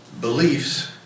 beliefs